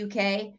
UK